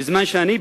בזמן שאני,